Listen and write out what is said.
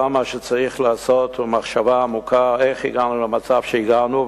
מה שצריך הוא מחשבה עמוקה איך הגענו למצב שהגענו,